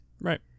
Right